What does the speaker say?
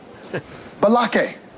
Balake